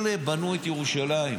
אלה בנו את ירושלים.